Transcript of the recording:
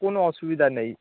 কোনো অসুবিধা নেই